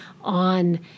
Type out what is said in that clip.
on